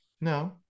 No